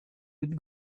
would